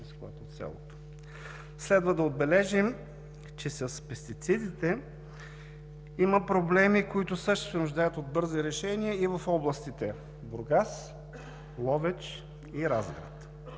Следва да отбележим, че с пестицидите има проблеми, които също се нуждаят от бързи решения и в областите Бургас, Ловеч, Разград.